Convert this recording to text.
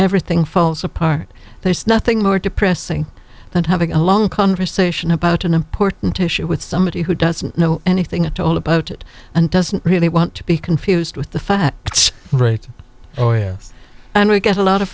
everything falls apart there's nothing more depressing than having a long conversation about an important issue with somebody who doesn't know anything at all about it and doesn't really want to be confused with the facts oh yes and we get a lot of